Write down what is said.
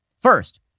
First